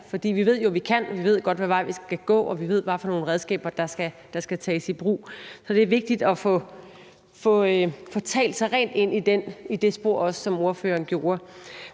For vi ved jo, at vi kan. Vi ved godt, hvad vej vi skal gå, og vi ved, hvad for nogle redskaber der skal tages i brug. Så det er vigtigt at få talt sig rent ind i det spor, hvad ordføreren også gjorde.